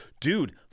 dude